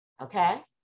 Okay